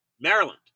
Maryland